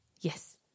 Yes